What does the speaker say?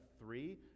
three